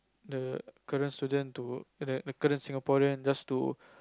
the current student to the the current Singapore just to